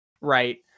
right